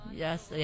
yes